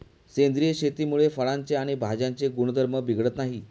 सेंद्रिय शेतीमुळे फळांचे आणि भाज्यांचे गुणधर्म बिघडत नाहीत